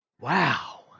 Wow